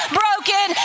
broken